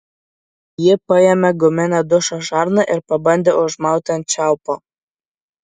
ji paėmė guminę dušo žarną ir pabandė užmauti ant čiaupo